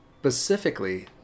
Specifically